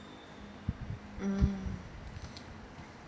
mm